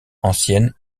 anciennes